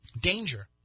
danger